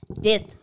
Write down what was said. Death